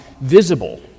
visible